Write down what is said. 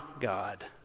God